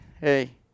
hey